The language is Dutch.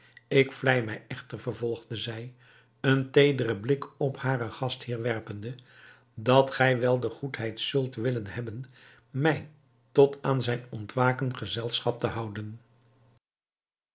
ik vlei mij echter vervolgde zij een teederen blik op haren gastheer werpende dat gij wel de goedheid zult willen hebben mij tot aan zijn ontwaken gezelschap te houden